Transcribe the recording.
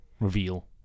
reveal